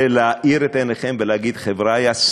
זה להאיר את עיניכם ולהגיד: חבריא,